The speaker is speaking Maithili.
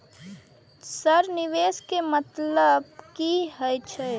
सर निवेश के मतलब की हे छे?